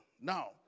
Now